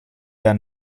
der